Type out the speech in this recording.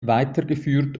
weitergeführt